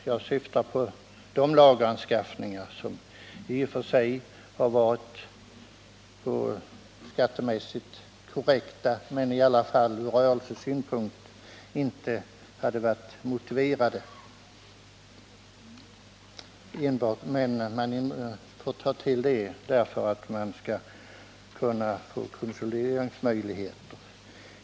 Jag syftar på de lageranskaffningar som i och för sig har varit skattemässigt korrekta men i alla fall från rörelsesynpunkt inte motiverade. Man har tagit till dem därför att man skulle få konsolideringsmöjligheter.